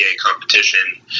competition